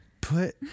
put